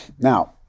Now